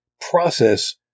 process